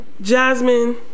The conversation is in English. Jasmine